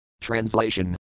Translation